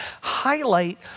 highlight